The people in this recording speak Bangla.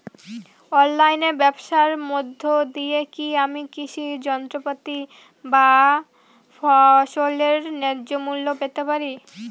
অনলাইনে ব্যাবসার মধ্য দিয়ে কী আমি কৃষি যন্ত্রপাতি বা ফসলের ন্যায্য মূল্য পেতে পারি?